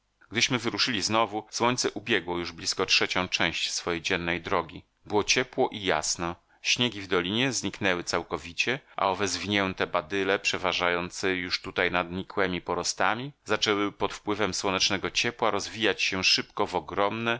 gdyśmy wyruszyli znowu słońce ubiegło już blisko trzecią część swojej dziennej drogi było ciepło i jasno śniegi w dolinie zniknęły całkowicie a owe zwinięte badyle przeważające już tutaj nad nikłemi porostami zaczęły pod wpływem słonecznego ciepła rozwijać się szybko w ogromne